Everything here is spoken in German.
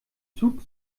zug